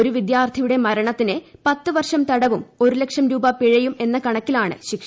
ഒരു വിദ്യാർത്ഥിയുടെ മരണത്തിന് പത്തുവർഷം തടവും ഒരു ല ക്ഷം രൂപ പിഴയും എന്ന കണക്കിലാണ് ശിക്ഷ